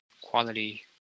quality